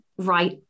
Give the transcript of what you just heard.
right